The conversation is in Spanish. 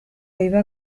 iba